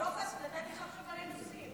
יש כללים, אבל וסרלאוף יכול לדבר.